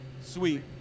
Sweet